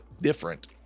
different